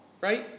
right